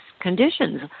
conditions